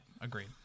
Agreed